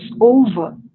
over